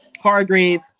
Hargrave